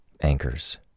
Anchors